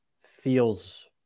feels